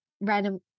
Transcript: random